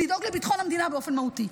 לדאוג לביטחון המדינה באופן מהותי.